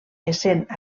essent